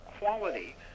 quality